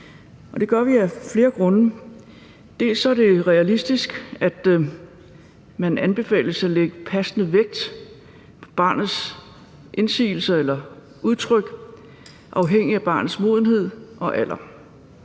Det gør vi af flere grunde. Først er det realistisk, man anbefales at lægge passende vægt på barnets indsigelser eller udtryk afhængigt af barnets modenhed og alder.